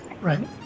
Right